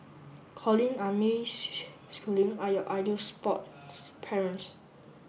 Colin May Schooling are your ideal sports parents